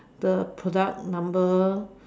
the product number